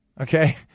Okay